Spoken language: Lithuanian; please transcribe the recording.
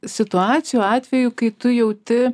situacijų atvejų kai tu jauti